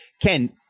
Ken